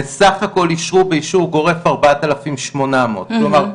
בסך הכל אישרו באישור גורף 4,800. כלומר,